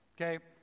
okay